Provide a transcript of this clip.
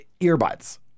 earbuds